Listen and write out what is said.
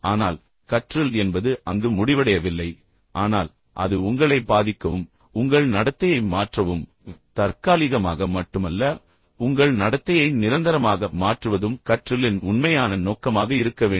ஆனால் கற்றல் என்பது அங்கு முடிவடையவில்லை ஆனால் அது உங்களை பாதிக்கவும் உங்கள் நடத்தையை மாற்றவும் தற்காலிகமாக மட்டுமல்ல உங்கள் நடத்தையை நிரந்தரமாக மாற்றுவதும் கற்றலின் உண்மையான நோக்கமாக இருக்க வேண்டும்